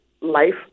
life